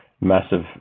massive